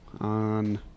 on